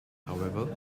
however